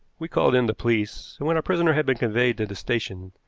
we called in the police, and, when our prisoner had been conveyed to the station,